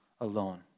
alone